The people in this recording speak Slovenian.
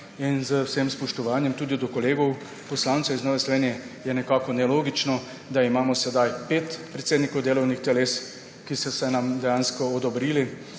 z vsem spoštovanjem do kolegov poslancev iz Nove Slovenije, je nelogično, da imamo sedaj pet predsednikov delovnih teles, ki so se nam dejansko odobrili,